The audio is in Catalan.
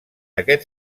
aquest